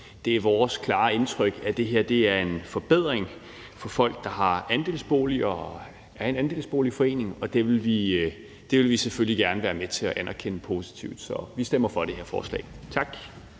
Det er vores klare indtryk, at det her er en forbedring for folk, der har andelsboliger, og for andelsboligforeninger, og det vil vi selvfølgelig gerne være med til at anerkende positivt. Så vi stemmer for det her forslag. Tak.